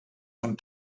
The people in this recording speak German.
von